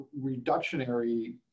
reductionary